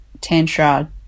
Tantra